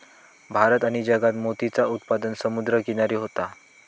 भारत आणि जगात मोतीचा उत्पादन समुद्र किनारी होता